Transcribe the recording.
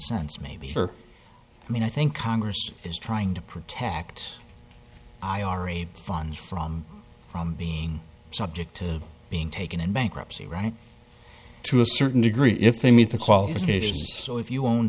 sense maybe for i mean i think congress is trying to protect ira funds from from being subject to being taken in bankruptcy right to a certain degree if they meet the qualifications so if you own